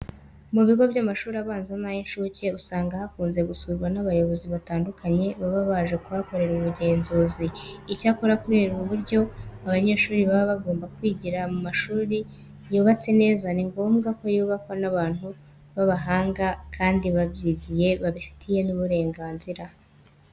Mu bigo by'amashuri abanza n'ay'incuke usanga hakunze gusurwa n'abayobozi batandukanye baba baje kuhakorera ubugenzuzi. Icyakora kubera uburyo abanyeshuri baba bagomba kwigira mu mashuri yubatse neza, ni ngombwa ko yubakwa n'abantu b'abahanga kandi babyigiye babifitiye n'uburenganzira.